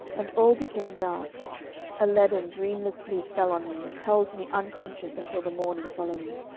and all became dark a leaden, dreamless sleep fell on me and held me unconscious until the morning following.